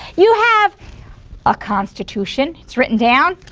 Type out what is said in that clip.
you have a constitution. it's written down